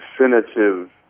Definitive